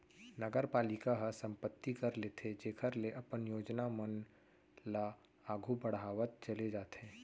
नगरपालिका ह संपत्ति कर लेथे जेखर ले अपन योजना मन ल आघु बड़हावत चले जाथे